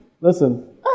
listen